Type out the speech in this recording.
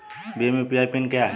Bhim UPI PIN क्या है?